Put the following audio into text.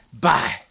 bye